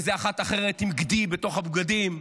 איזה אחת אחרת עם גדי בתוך הבגדים.